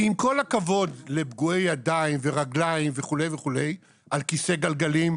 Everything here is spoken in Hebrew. כי עם כל הכבוד לפגועי ידיים ורגליים וכו' וכו' על כיסא גלגלים,